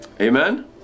Amen